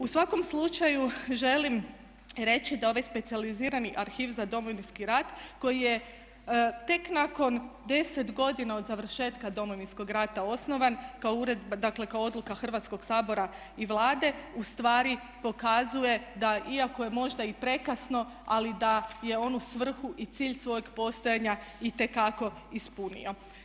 U svakom slučaju želim reći da ovaj specijalizirani arhiv za Domovinski rat koji je tek nakon 10 godina od završetka Domovinskog rata osnovan kao ured, dakle kao odluka Hrvatskoga sabora i Vlade ustvari pokazuje da iako je možda i prekasno ali da je on svrhu i cilj svoga postojanja itekako ispunio.